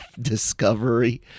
discovery